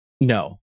No